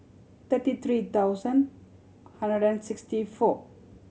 thirty three thousand hundred and sixty four